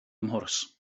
mhwrs